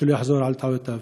ולא יחזור על טעויותיו.